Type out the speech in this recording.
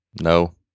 No